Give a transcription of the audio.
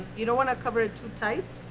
you don't want to cover it too tight,